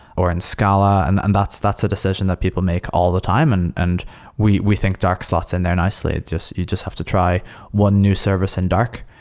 or in scala, and and that's that's a decision that people make all the time and and we we think dark slots in there nicely. you just have to try one new service in dark.